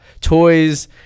toys